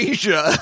Asia